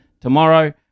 tomorrow